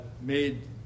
made